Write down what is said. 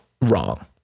wrong